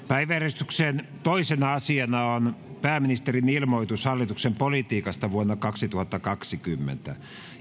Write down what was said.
päiväjärjestyksen toisena asiana on pääministerin ilmoitus hallituksen politiikasta vuonna kaksituhattakaksikymmentä